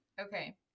Okay